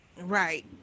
Right